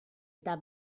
eta